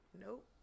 Nope